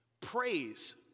Praise